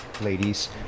ladies